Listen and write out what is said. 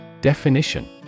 Definition